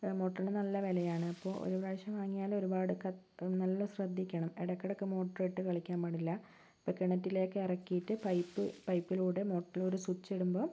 മോട്ടറിന് നല്ല വിലയാണ് അപ്പോൾ ഒരു പ്രാവശ്യം വാങ്ങിയാലൊരുപാട് കത്ത് നല്ല ശ്രദ്ധിക്കണം ഇടയ്ക്കിടയ്ക്ക് മോട്ടറിട്ട് യ്ക്കാൻ പാടില്ല ഇപ്പ കിണറ്റിലേക്ക് ഇറക്കിയിട്ട് പൈപ്പ് പൈപ്പിലൂടെ മൊട്ടറിലൂടെ സ്വിച്ചിടുമ്പോൾ